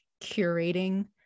curating